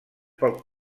pel